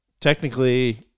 technically